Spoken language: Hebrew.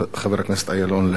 חבר הכנסת אילון, להשיב